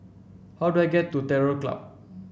how do I get to Terror Club